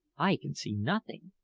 i can see nothing,